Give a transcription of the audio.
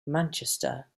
manchester